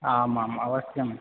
आमाम् अवश्यम्